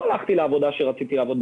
לא הלכתי לעבודה שרציתי לעבוד בה,